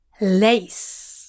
Lace